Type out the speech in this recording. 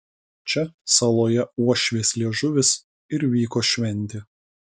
čia saloje uošvės liežuvis ir vyko šventė